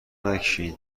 نکشین